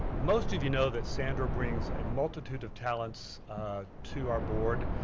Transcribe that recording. most of you know that sandra brings a multitude of talents to our board.